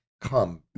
come